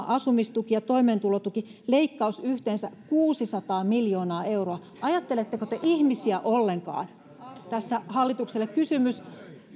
asumistuki ja toimeentulotuki leikkaus yhteensä kuusisataa miljoonaa euroa ajatteletteko te ihmisiä ollenkaan tässä hallitukselle kysymys